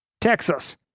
Texas